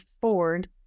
Ford